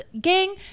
gang